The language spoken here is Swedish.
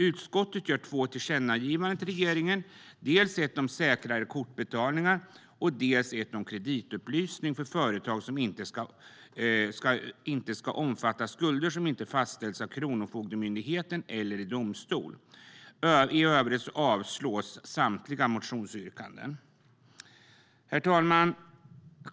Utskottet gör två tillkännagivanden till regeringen, dels ett om säkrare kortbetalningar, dels ett om att kreditupplysning för företag inte ska omfatta skulder som inte har fastställts av Kronofogdemyndigheten eller i domstol. I övrigt föreslås avslag på samtliga motionsyrkanden. Herr talman!